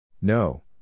No